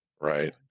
right